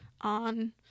on